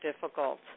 difficult